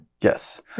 Yes